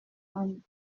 and